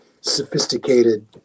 sophisticated